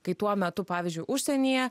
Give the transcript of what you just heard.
kai tuo metu pavyzdžiui užsienyje